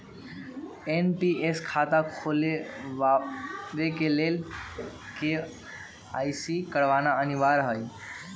NPS खता खोलबाबे के लेल के.वाई.सी करनाइ अनिवार्ज हइ